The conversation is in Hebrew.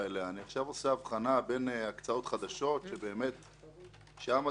אני עכשיו עושה הבחנה בין הקצאות חדשות ששם צריך